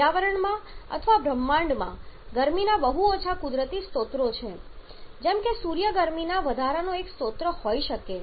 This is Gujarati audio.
પર્યાવરણમાં અથવા બ્રહ્માંડમાં ગરમીના બહુ ઓછા કુદરતી સ્ત્રોતો છે જેમ કે સૂર્ય ગરમીના વધારાનો એક સ્ત્રોત હોઈ શકે છે